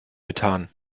methan